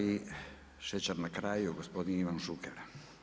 I šećer na kraju, gospodin Ivan Šuker.